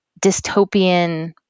dystopian